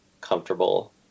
comfortable